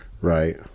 Right